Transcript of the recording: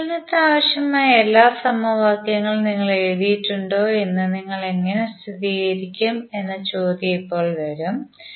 വിശകലനത്തിന് ആവശ്യമായ എല്ലാ സമവാക്യങ്ങളും നിങ്ങൾ എഴുതിയിട്ടുണ്ടോ എന്ന് നിങ്ങൾ എങ്ങനെ സ്ഥിരീകരിക്കും എന്ന ചോദ്യം ഇപ്പോൾ വരും